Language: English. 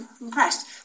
impressed